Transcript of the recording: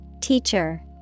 teacher